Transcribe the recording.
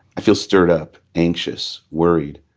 i feel stirred up, anxious, worried.